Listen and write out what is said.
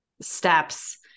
steps